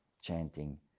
chanting